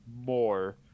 more